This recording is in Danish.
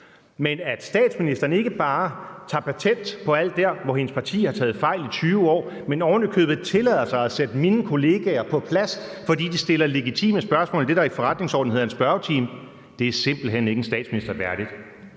Men at statsministeren ikke alene tager patent på alt det, hvor hendes parti ellers har taget fejl i 20 år, men ovenikøbet tillader sig at sætte mine kollegaer på plads, fordi de stiller legitime spørgsmål i det, der i forretningsordenen hedder en spørgetime, er simpelt hen ikke en statsminister værdigt.